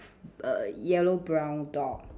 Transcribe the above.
err yellow brown dog